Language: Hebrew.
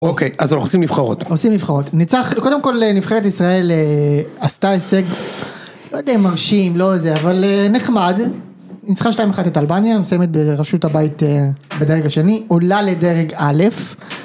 אוקיי אז אנחנו עושים נבחרות. עושים נבחרות. קודם כל נבחרת ישראל עשתה הישג לא יודע אם מרשים לא זה אבל נחמד ניצחה 2-1 את אלבניה מסיימת בראשות הבית בדרג השני עולה לדרג א'